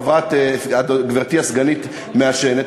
גברתי הסגנית מעשנת,